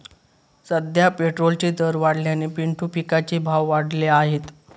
सध्या पेट्रोलचे दर वाढल्याने पिंटू पिकाचे भाव वाढले आहेत